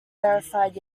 verified